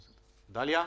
דליה,